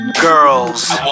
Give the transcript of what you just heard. girls